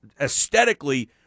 aesthetically